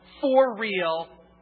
for-real